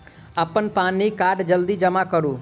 अप्पन पानि कार्ड जल्दी जमा करू?